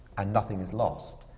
and nothing is lost.